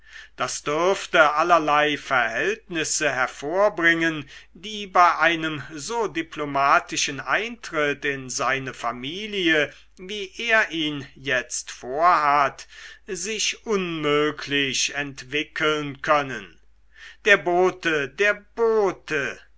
das dürfte allerlei verhältnisse hervorbringen die bei einem so diplomatischen eintritt in seine familie wie er ihn jetzt vorhat sich unmöglich entwickeln können der bote der bote